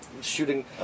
shooting